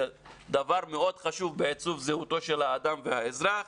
זה דבר מאוד חשוב בעיצוב זהותו של האדם והאזרח.